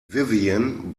vivien